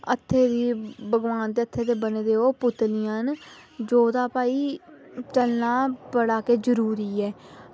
हत्थै दी भगवान दे हत्थै दे बने दे ओह् पुतलियां न जेह्दा भई चलना बहुत गै जरूरी ऐ